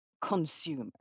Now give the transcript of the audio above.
consumer